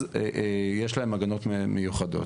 אז יש להן הגנות מיוחדות.